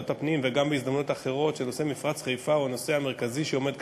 ובזמן שאנשים שילמו במשך 20 ו-30 שנה לחברת